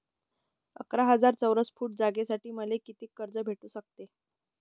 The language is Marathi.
अकरा हजार चौरस फुट जागेसाठी मले कितीक कर्ज भेटू शकते?